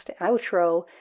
outro